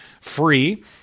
free